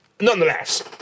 nonetheless